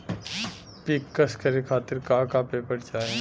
पिक्कस करे खातिर का का पेपर चाही?